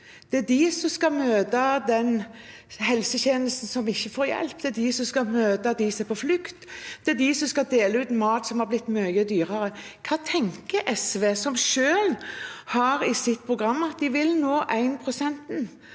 Det er de som skal møte dem som ikke får hjelp av helsetjenesten. Det er de som skal møte dem som er på flukt. Det er de som skal dele ut mat som har blitt mye dyrere. Hva tenker SV, som selv har i sitt program at de vil nå 1-prosentmålet